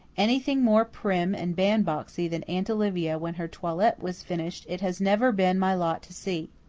anything more prim and bandboxy than aunt olivia when her toilet was finished it has never been my lot to see.